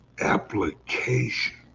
application